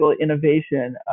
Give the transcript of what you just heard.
innovation